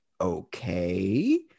okay